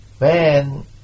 Man